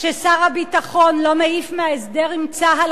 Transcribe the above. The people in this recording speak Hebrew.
כששר הביטחון לא מעיף מההסדר עם צה"ל